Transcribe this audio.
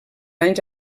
anys